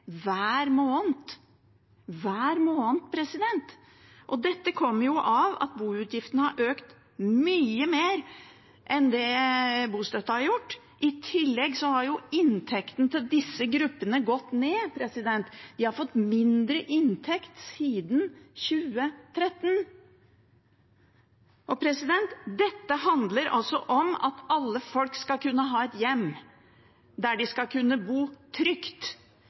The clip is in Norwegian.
kommer jo av at boutgiftene har økt mye mer enn bostøtten har gjort. I tillegg har inntekten til disse gruppene gått ned. De har fått mindre inntekt siden 2013. Dette handler altså om at alle folk skal kunne ha et hjem der de skal kunne bo trygt.